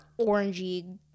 orangey